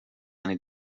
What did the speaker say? eine